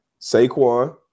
Saquon